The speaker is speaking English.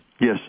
Yes